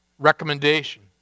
Recommendation